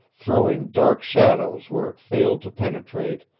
throwing dark shadows where it failed to penetrate,